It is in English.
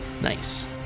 Nice